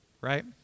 right